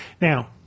Now